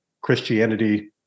Christianity